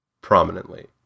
prominently